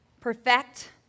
perfect